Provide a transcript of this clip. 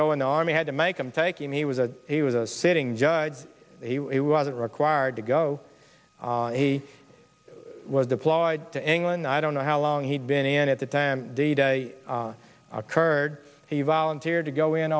go in the army had to make him take him he was a he was a sitting judge he wasn't required to go he was deployed to england i don't know how long he'd been in at the time d day occurred he volunteered to go in